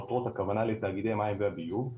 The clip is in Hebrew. העותרות הכוונה לתאגידי מים והביוב,